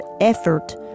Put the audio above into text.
effort